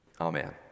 Amen